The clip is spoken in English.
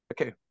Okay